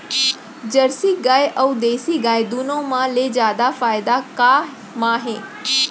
Jersey गाय अऊ देसी गाय दूनो मा ले जादा फायदा का मा हे?